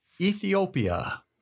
Ethiopia